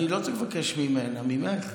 אני לא צריך לבקש ממנה, ממך.